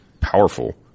powerful